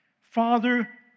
Father